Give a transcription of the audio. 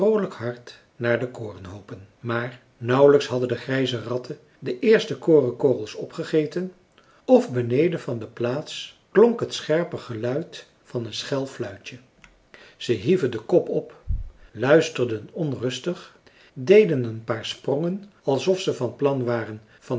hart naar de korenhoopen maar nauwelijks hadden de grijze ratten de eerste korenkorrels opgegeten of beneden van de plaats klonk het scherpe geluid van een schel fluitje ze hieven den kop op luisterden onrustig deden een paar sprongen alsof ze van plan waren van